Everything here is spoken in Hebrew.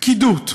פקידוּת,